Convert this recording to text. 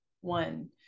one